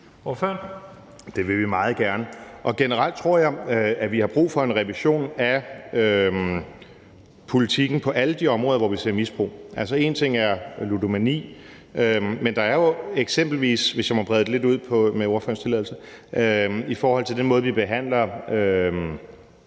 Det vil vi meget gerne, og generelt tror jeg, at vi har brug for en revision af politikken på alle de områder, hvor vi ser misbrug. Altså, én ting er ludomani, men der er jo eksempelvis, hvis jeg med ordførerens tilladelse må brede det lidt ud, i forhold til den måde, vi behandler